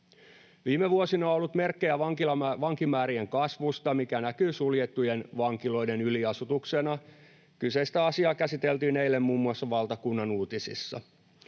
Viime vuosina on ollut merkkejä vankimäärien kasvusta, mikä näkyy suljettujen vankiloiden yliasutuksena. Kyseistä asiaa käsiteltiin muun muassa eilen valtakunnan uutisissa.